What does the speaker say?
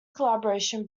collaboration